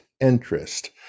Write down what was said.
interest